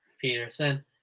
peterson